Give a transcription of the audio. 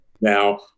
Now